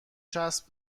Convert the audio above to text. چسب